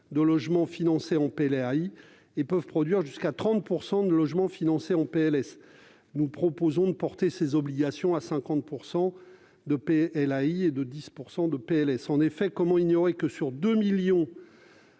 de logements financés en PLAI et peuvent produire jusqu'à 30 % de logements financés en PLS. Nous souhaitons porter ces obligations à 50 % de PLAI et à 10 % de PLS. On ne peut ignorer qu'un million